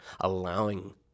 allowing